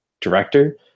director